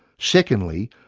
secondly,